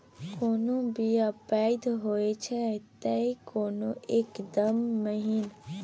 कोनो बीया पैघ होई छै तए कोनो एकदम महीन